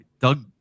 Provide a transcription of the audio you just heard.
Doug